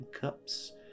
cups